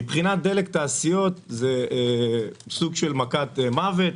מבחינת דלק תעשיות זה סוג של מכת מוות.